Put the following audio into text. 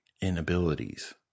inabilities